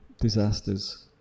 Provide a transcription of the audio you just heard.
disasters